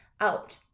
out